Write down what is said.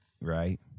right